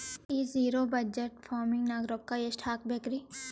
ಈ zero budget farming ನಾಗ್ ರೊಕ್ಕ ಎಷ್ಟು ಹಾಕಬೇಕರಿ?